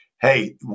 hey